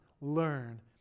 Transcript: learn